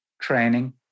training